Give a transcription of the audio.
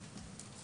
למטה.